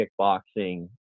kickboxing